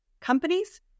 companies